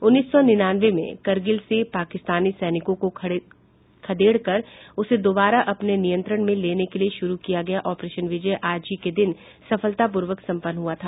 उन्नीस सौ निन्यानवे में करगिल से पाकिस्तानी सैनिकों को खदेड़कर उसे दोबारा अपने नियंत्रण में लेने के लिए शुरू किया गया ऑपरेशन विजय आज ही के दिन सफलता पूर्वक संपन्न हुआ था